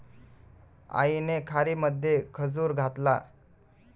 आईने खीरमध्ये खजूर घातला